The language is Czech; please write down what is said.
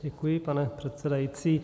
Děkuji, pane předsedající.